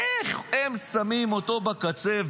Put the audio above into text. איך הם שמים אותו בקצה,